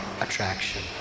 attraction